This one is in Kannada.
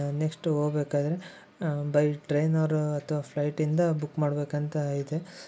ನೆಕ್ಷ್ಟು ಹೋಗ್ಬೇಕಾದ್ರೆ ಬೈ ಟ್ರೈನ್ ಆರು ಅಥವಾ ಫ್ಲೈಟಿಂದ ಬುಕ್ ಮಾಡಬೇಕಂತ ಇದೆ